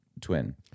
twin